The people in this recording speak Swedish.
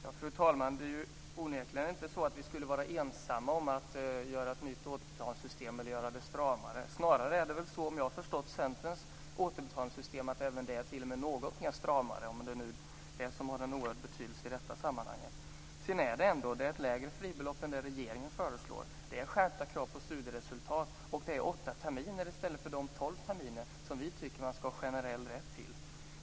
Fru talman! Det är onekligen inte så att vi skulle vara ensamma om att föreslå ett nytt återbetalningssystem eller att göra det stramare. Snarare är det så, om jag har förstått Centerns återbetalningssystem, att det t.o.m. är något mer stramare, om det nu har en så oerhörd betydelse i detta sammanhang. Det är ett lägre fribelopp än det regeringen föreslår. Det är skärpta krav på studieresultat, och det är åtta terminer i stället för tolv terminer, som vi tycker att man ska ha generell rätt till.